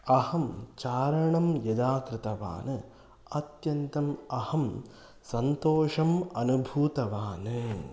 अहं चारणं यदा कृतवान् अत्यन्तम् अहं सन्तोषम् अनुभूतवान्